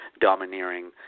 domineering